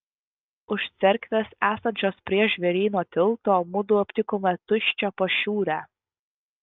už cerkvės esančios prie žvėryno tilto mudu aptikome tuščią pašiūrę